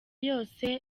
yose